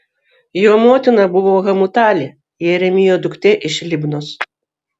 jo motina buvo hamutalė jeremijo duktė iš libnos